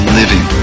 living